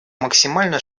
максимально